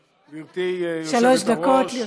הכנסת,